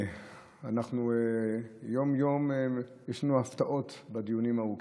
אנחנו, יום-יום יש לנו הפתעות בדיונים הארוכים.